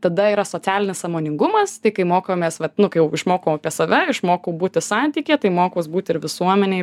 tada yra socialinis sąmoningumas tai kai mokomės vat nu kai jau jau išmokau apie save išmokau būti santykyje tai mokaus būt ir visuomenėj